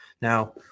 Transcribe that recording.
Now